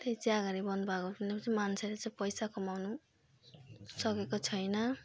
त्यही चियाघारी बन्द भएको सुनेपछि मान्छेहरू चाहिँ पैसा कमाउनु सकेको छैन